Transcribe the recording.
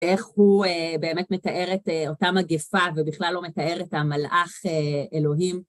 איך הוא באמת מתאר את אותה מגפה, ובכלל לא מתאר את המלאך אלוהים.